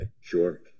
Sure